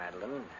Madeline